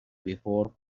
before